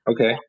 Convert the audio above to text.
Okay